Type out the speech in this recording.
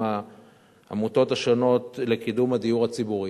עם העמותות השונות לקידום הדיור הציבורי.